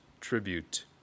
Tribute